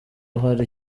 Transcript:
uhari